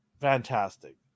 fantastic